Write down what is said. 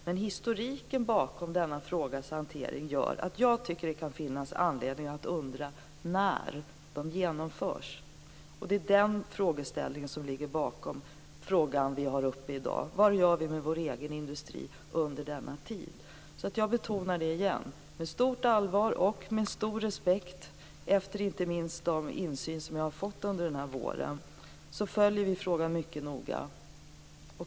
Men historiken bakom denna frågas hantering gör att jag tycker att det kan finnas anledning att undra när de genomförs. Det är det som ligger bakom den fråga vi har tagit upp i dag: Vad gör vi med vår egen industri under denna tid? Jag betonar det igen: Med stort allvar och med stor respekt, inte minst efter den insyn jag fått under den här våren, följer vi den här frågan mycket noga.